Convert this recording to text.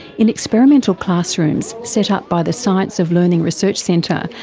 in experimental classrooms set up by the science of learning research centre,